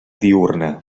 diürna